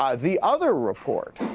um the other report,